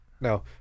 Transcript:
No